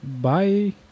Bye